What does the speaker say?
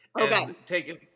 Okay